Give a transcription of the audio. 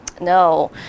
no